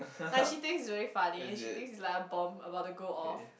like she thinks it's very funny she thinks it's like a bomb about to go off